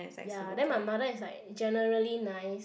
ya then my mother is like generally nice